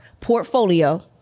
portfolio